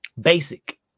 Basic